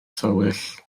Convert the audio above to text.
tywyll